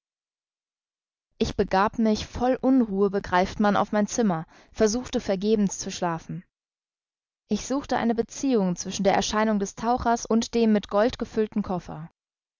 ich begab mich voll unruhe begreift man auf mein zimmer versuchte vergebens zu schlafen ich suchte eine beziehung zwischen der erscheinung des tauchers und dem mit gold gefüllten koffer